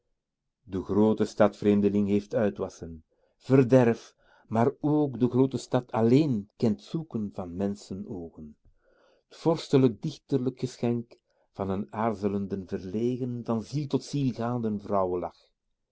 de groote stad vreemdeling heeft uitwassen verderf maar ook de groote stad alléén kent t zoeken van menschen oogen t vorstelijkdichterlijk geschenk van n aarzelenden verlegen van ziel tot ziel